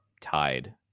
tied